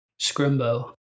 Scrimbo